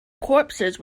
corpses